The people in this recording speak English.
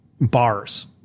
bars